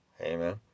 amen